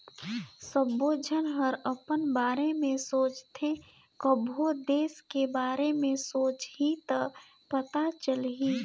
सबो झन हर अपन बारे में सोचथें कभों देस के बारे मे सोंचहि त पता चलही